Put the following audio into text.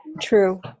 true